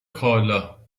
کالا